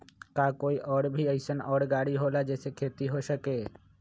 का कोई और भी अइसन और गाड़ी होला जे से खेती हो सके?